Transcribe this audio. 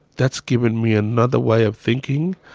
that's given me another way of thinking,